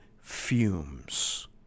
fumes